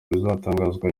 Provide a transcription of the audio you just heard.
bizatangazwa